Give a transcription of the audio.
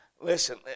Listen